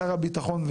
שר הביטחון,